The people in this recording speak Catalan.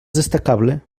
destacable